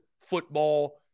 football